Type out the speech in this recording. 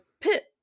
pit